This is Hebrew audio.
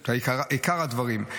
את עיקר הדברים: